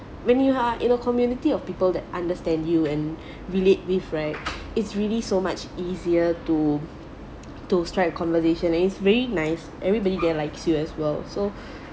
when you are in a community of people that understand you and relate with right it's really so much easier to to strike a conversation is very nice everybody there likes you as well so